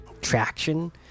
traction